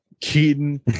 Keaton